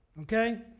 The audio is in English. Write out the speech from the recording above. Okay